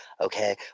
okay